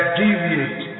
deviate